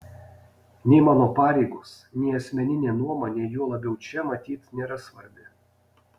nei mano pareigos nei asmeninė nuomonė juo labiau čia matyt nėra svarbi